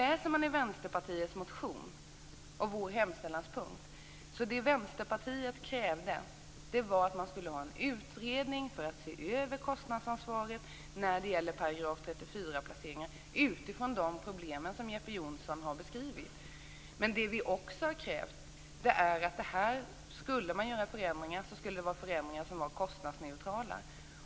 Av Vänsterpartiets motion och vår hemställanspunkt framgår att det Vänsterpartiet krävt är en utredning för att se över kostnadsansvaret när det gäller § 34-placeringar utifrån de problem som Jeppe Johnsson har beskrivit. Vi har också krävt att om förändringar görs skall de vara kostnadsneutrala.